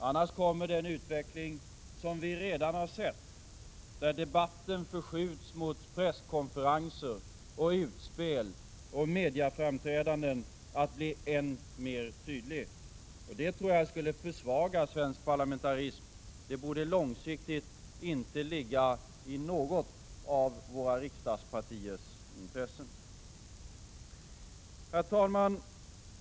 Annars kommer den utveckling som vi redan har sett — där debatten förskjuts mot presskonferenser, utspel och medieframträdanden — att bli än mer tydlig. Det tror jag skulle försvaga svensk parlamentarism. Det borde långsiktigt inte ligga i något av våra riksdagspartiers intresse. Herr talman!